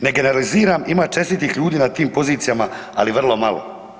Ne generaliziram, ima čestitih ljudi na tim pozicijama ali vrlo malo.